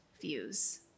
views